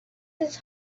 his